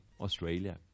Australia